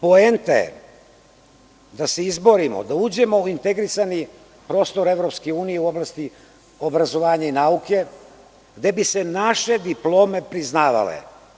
Poenta je da se izborimo, da uđemo u integrisani prostor EU u oblasti obrazovanja i nauke, gde bi se naše diplome priznavale.